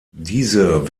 diese